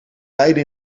beide